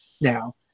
now